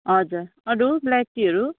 हजिर अरू ब्ल्याक टीहरू